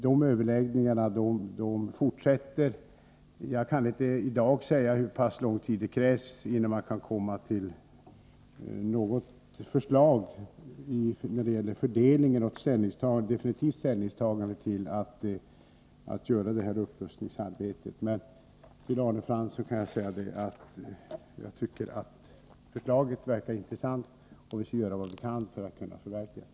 De överläggningarna fortsätter. Jag kan inte i dag säga hur lång tid som krävs innan vi kan få ett förslag till kostnadsfördelning och ett definitivt ställningstagande till upprustningsarbetet. Till Arne Fransson kan jag säga att förslaget verkar intressant och att vi skall göra vad vi kan för att förverkliga det.